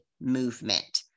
movement